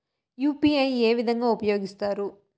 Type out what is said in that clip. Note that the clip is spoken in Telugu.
యు.పి.ఐ ఏ విధంగా ఉపయోగిస్తారు?